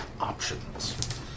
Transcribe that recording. options